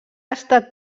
estat